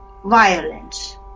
Violence